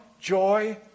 joy